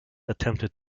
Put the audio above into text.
attempted